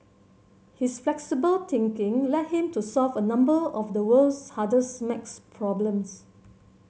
his flexible thinking led him to solve a number of the world's hardest maths problems